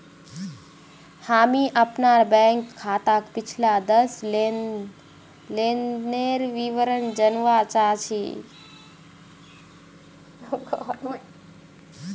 हामी अपनार बैंक खाताक पिछला दस लेनदनेर विवरण जनवा चाह छि